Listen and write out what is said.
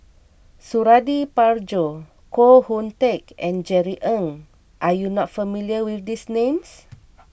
Suradi Parjo Koh Hoon Teck and Jerry Ng are you not familiar with these names